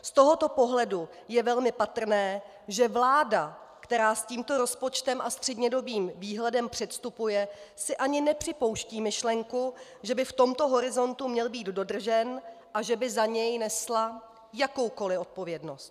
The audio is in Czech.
Z tohoto pohledu je velmi patrné, že vláda, která s tímto rozpočtem a střednědobým výhledem předstupuje, si ani nepřipouští myšlenku, že by v tomto horizontu měl být dodržen a že by za něj nesla jakoukoli odpovědnost.